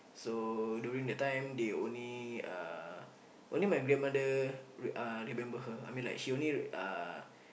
so during that time they only uh only my grandmother re~ uh remember her I mean she only uh